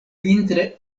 vintre